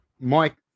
Mike